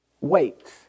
Weights